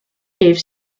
gave